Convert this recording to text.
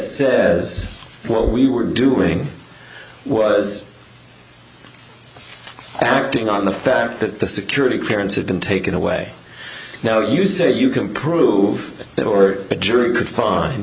says well we were doing was acting on the fact that the security clearance had been taken away now you say you can prove it or a jury could find